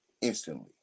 instantly